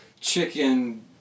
chicken